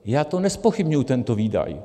Já to nezpochybňuji, tento výdaj.